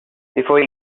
before